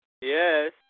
Yes